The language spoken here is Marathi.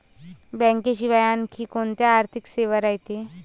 बँकेशिवाय आनखी कोंत्या आर्थिक सेवा रायते?